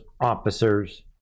officers